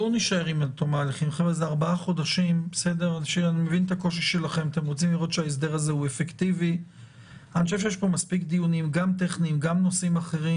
מה שזה נותן לך זה קודם כול את כל הדיונים הטכניים,